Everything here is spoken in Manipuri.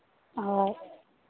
ꯍꯣꯏ